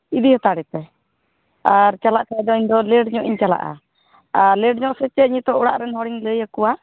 ᱤᱫᱤ ᱦᱟᱛᱟᱲᱮᱯᱮ ᱟᱨ ᱪᱟᱞᱟᱜ ᱠᱷᱟᱱ ᱫᱚ ᱤᱧ ᱫᱚ ᱞᱮᱹᱴ ᱧᱚᱜ ᱤᱧ ᱪᱟᱞᱟᱜᱼᱟ ᱟᱨ ᱞᱮᱴ ᱧᱚᱜ ᱥᱮ ᱪᱮᱫ ᱱᱤᱛᱳᱜ ᱚᱲᱟᱜ ᱨᱮᱱ ᱦᱚᱲᱤᱧ ᱞᱟᱹᱭᱟᱠᱚᱣᱟ